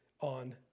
on